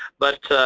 but